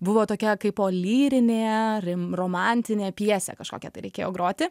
buvo tokia kaipo lyrinė rim romantinė pjesė kažkokią tai reikėjo groti